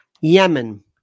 Yemen